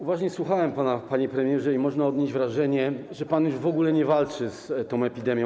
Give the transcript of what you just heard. Uważnie słuchałem pana, panie premierze, i można odnieść wrażenie, że pan już w ogóle nie walczy z tą epidemią.